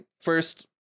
first